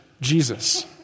Jesus